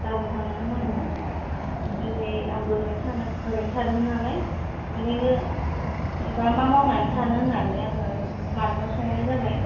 गामोन थांनांगोन आरो ना दे आंबो ओरैनो थानो ओरैनो थादोंमोन नालाय ओंखायनो जेनेबा मा मावनानै थानो होन्नानै आङो मादैनाव सोंहरनाय जाबाय